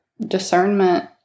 discernment